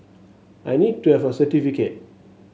I need to have a certificate